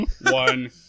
one